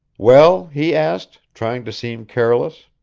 well? he asked, trying to seem careless.